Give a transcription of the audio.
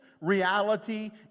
reality